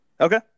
Okay